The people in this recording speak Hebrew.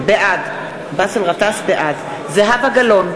בעד זהבה גלאון,